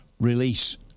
release